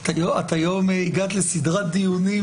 את היום הגעת לסדרת דיונים